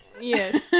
Yes